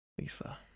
Lisa